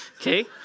okay